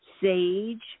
sage